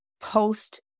post